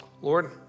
Lord